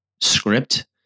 script